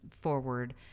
forward